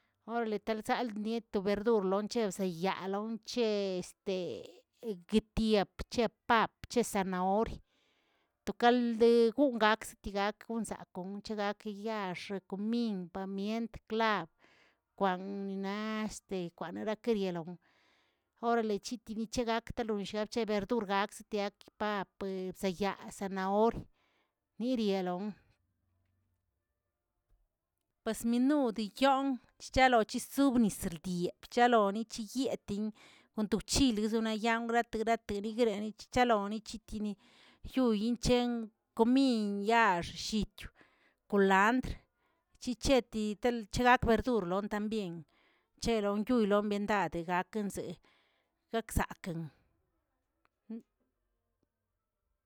Orale zalknie to verdur lonche za yaa lonche este guitiap che apapꞌ che sanaorn, to kald goon gak ti gak zon gake yaax cumin, pamient, klab, kwannaꞌ este kwannarakeriel, orale chitini chigak talonlliag verdur gakzityap papꞌ, za yaa sanaorn, nirialon pue s minude yoon chalosisubnisildin chalonichiyetin konto chili chayang grate grate rigrenitch chalonichitini, yoyin chen comin yaax llitü kulandr, chicheti chelt lat verdur también zeelon yung biendade akenzeeꞌe kaꞌkꞌzakeꞌn.